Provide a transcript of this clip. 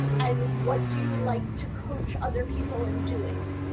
and what do you like to coach other people in doing?